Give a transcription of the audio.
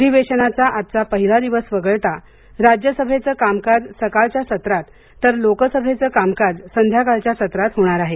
अधिवेशनाचा आजचा पहिला दिवस वगळता राज्यसभेचं कामकाज सकाळच्या सत्रात तर लोकसभेचं कामकाज संध्याकाळच्या सत्रात होणार आहे